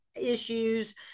issues